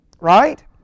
right